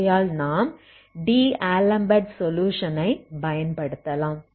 ஆகையால் நாம் D'Alembert சொலுயுஷனை பயன்படுத்தலாம்